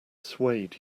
swayed